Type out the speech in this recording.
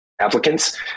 applicants